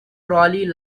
trolley